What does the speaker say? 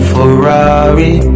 Ferrari